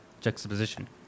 juxtaposition